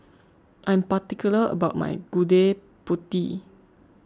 I am particular about my Gudeg Putih